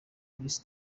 minsi